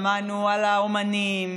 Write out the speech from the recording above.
שמענו על האומנים,